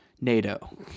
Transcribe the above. NATO